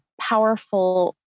powerful